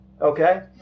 Okay